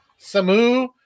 Samu